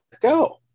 go